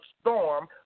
storm